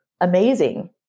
amazing